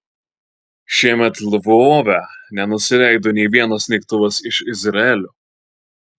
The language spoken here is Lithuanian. šiemet lvove nenusileido nė vienas lėktuvas iš izraelio